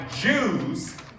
Jews